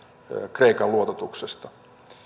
kreikan luototuksesta